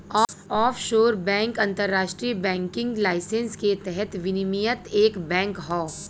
offshore bank अंतरराष्ट्रीय banking licence के तहत विनियमित एक बैंक हौ